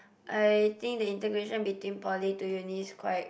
I think the integration between poly to uni is quite